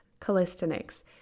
calisthenics